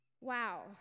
Wow